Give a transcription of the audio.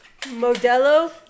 Modelo